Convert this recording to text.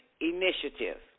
initiative